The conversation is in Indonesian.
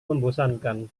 membosankan